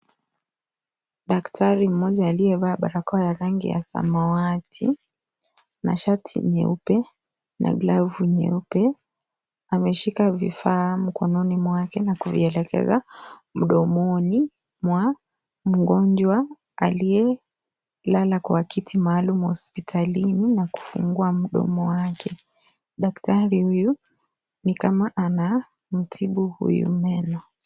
Daktari mmoja aliyevaa barakoa ya rangi ya samawati na sahti nyeupe na glavu nyeupe ameshika vifaa mikononi mwake na kuvielekeza mdomoni mwa mgonjwa aliyelala kwenye kiti maalum hospitalini na kufungua mdomo wake. Daktari huyu ni kama anamtibu huyu meno.